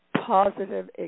positive